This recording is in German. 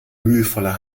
mühevoller